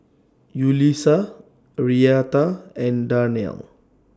Yulisa Arietta and Darnell